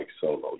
solo